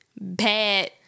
bad